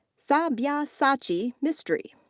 sabyasachy mistry.